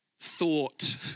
thought